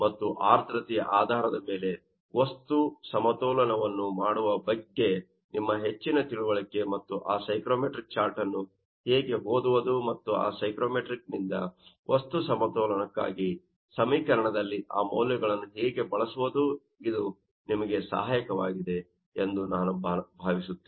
ಮತ್ತು ಆರ್ದ್ರತೆಯ ಆಧಾರದ ಮೇಲೆ ವಸ್ತು ಸಮತೋಲನವನ್ನು ಮಾಡುವ ಬಗ್ಗೆ ನಿಮ್ಮ ಹೆಚ್ಚಿನ ತಿಳುವಳಿಕೆಗೆ ಮತ್ತು ಆ ಸೈಕ್ರೋಮೆಟ್ರಿಕ್ ಚಾರ್ಟ್ ಅನ್ನು ಹೇಗೆ ಓದುವುದು ಮತ್ತು ಆ ಸೈಕ್ರೋಮೆಟ್ರಿಕ್ ಚಾರ್ಟ್ ನಿಂದ ವಸ್ತು ಸಮತೋಲನಕ್ಕಾಗಿ ಸಮೀಕರಣದಲ್ಲಿ ಆ ಮೌಲ್ಯಗಳನ್ನು ಹೇಗೆ ಬಳಸುವುದು ಇದು ನಿಮಗೆ ಸಹಾಯಕವಾಗಿದೆ ಎಂದು ನಾನು ಭಾವಿಸುತ್ತೇನೆ